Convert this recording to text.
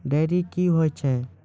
Dairy क्या हैं?